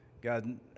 God